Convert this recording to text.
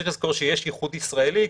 צריך לזכור שיש ייחוד ישראלי,